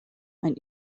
ein